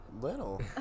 Little